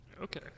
Okay